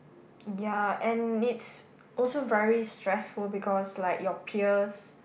ya and it's also very stressful because like your peers